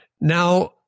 Now